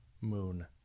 Moon